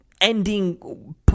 ending